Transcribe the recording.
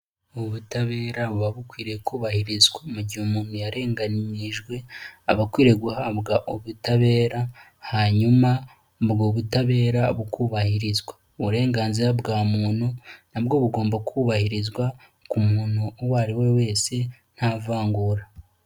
Ubu ubutabera buba bukwiriye kubahirizwa. Mu gihe umuntu yarenganyijwe abakwiye guhabwa ubutabera, hanyuma ubwo butabera bukubahirizwa. Uburenganzira bwa muntu nabwo bugomba kubahirizwa ku muntu uwo ari we wese nta vangura.